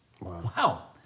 Wow